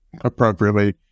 Appropriately